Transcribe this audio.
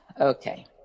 Okay